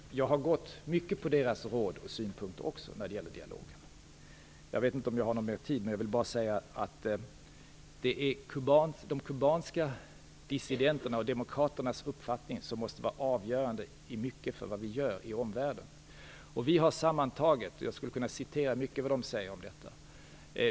Jag har gått mycket efter dessa vänners råd och synpunkter när det gäller dialogen. Jag vet inte om jag har mer tid, men en sak till vill jag säga: Det är de kubanska dissidenternas och demokraternas uppfattning som i mycket måste vara avgörande för vad vi gör i omvärlden, och jag skulle kunna citera mycket av vad de säger om detta.